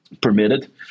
permitted